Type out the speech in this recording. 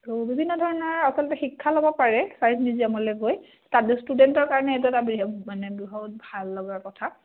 আৰু বিভিন্ন ধৰণৰ আচলতে শিক্ষা ল'ব পাৰে ছায়েঞ্চ মিউজিয়ামলৈ গৈ তাত ষ্টুডেণ্টৰ কাৰণে এইটো এটা মানে বহুত ভাল লগা কথা